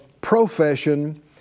profession